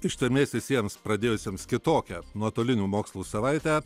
ištvermės visiems pradėjusiems kitokią nuotolinių mokslų savaitę